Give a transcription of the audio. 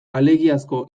alegiazko